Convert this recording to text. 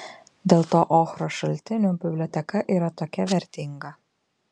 dėl to ochros šaltinių biblioteka yra tokia vertinga